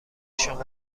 شما